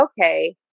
okay